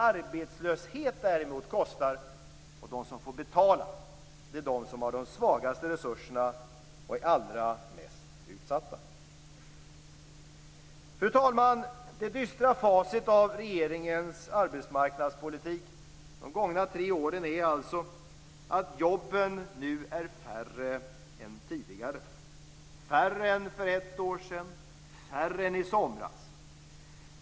Arbetslöshet däremot kostar, och de som får betala är de som har de minsta resurserna och som är allra mest utsatta. Fru talman! Det dystra facit av regeringens arbetsmarknadspolitik de gångna tre åren är alltså att jobben nu är färre än tidigare - färre än för ett år sedan, färre än i somras.